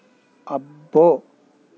అబ్బో